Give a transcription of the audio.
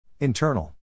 Internal